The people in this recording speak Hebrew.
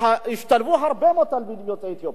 השתלבו הרבה מאוד תלמידים יוצאי אתיופיה,